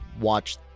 watch